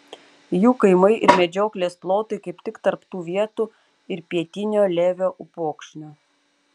jų kaimai ir medžioklės plotai kaip tik tarp tų vietų ir pietinio levio upokšnio